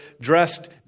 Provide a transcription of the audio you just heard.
dressed